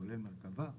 כולל מרכבה,